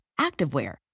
activewear